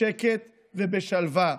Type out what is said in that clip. בשקט ובשלווה.